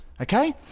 okay